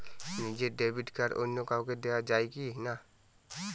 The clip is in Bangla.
নিজের ডেবিট কার্ড অন্য কাউকে দেওয়া যায় কি না?